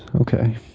Okay